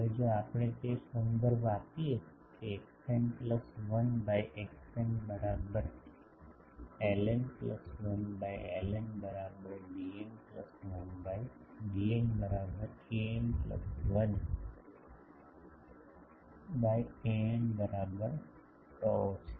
હવે જો આપણે તે સંદર્ભ આપીએ કે xn 1 બાય xn બરાબર ln 1 બાય ln બરાબર dn 1 બાય dn બરાબર an1 બાય an બરાબર tau છે